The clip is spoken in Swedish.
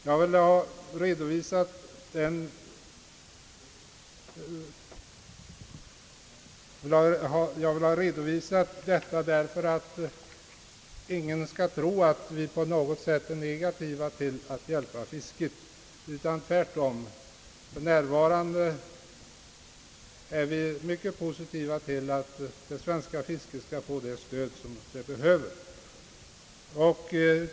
Jag har velat redovisa detta för att ingen skall tro att vi på något sätt är negativa till hjälp åt fisket. Tvärtom är vi mycket positiva till att det svenska fisket just nu skall få det stöd som behövs.